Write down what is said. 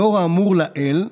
לאור האמור לעיל,